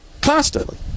constantly